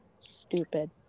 Stupid